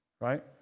right